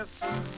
Yes